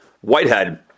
Whitehead